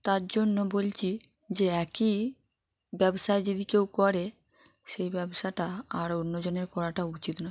তার জন্য বলছি যে একই ব্যবসা যদি কেউ করে সেই ব্যবসাটা আর অন্যজনের করাটা উচিত নয়